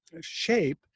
shape